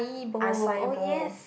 acai bowl